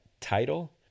title